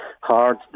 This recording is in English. hard